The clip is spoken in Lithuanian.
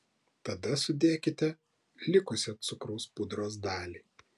tada sudėkite likusią cukraus pudros dalį